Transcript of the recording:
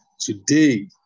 today